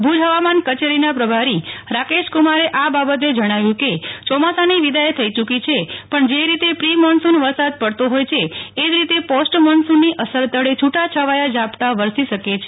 ભુજ હવામાન કચેરીના પ્રભારી રાકેશકુમારે આ બાબતે જણાવ્યું કે ચોમાસાની વિદાય થઈ યૂકી છે પણ જે રીતે પ્રિમોન્સૂન વરસાદ પડતો હોય છે એ જ રીતે પોસ્ટ મોન્સૂનની સર તળે છૂટાછવાયા ઝાપટાં વરસી શકે છે